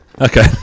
Okay